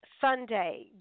Sunday